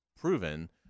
proven